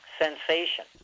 sensation